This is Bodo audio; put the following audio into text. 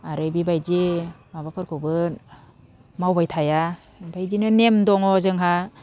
आरो बेबायदि माबाफोरखौबो मावबाय थाया बेदिनो नेम दङ जोंहा